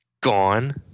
Gone